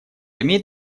имеет